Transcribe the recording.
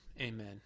amen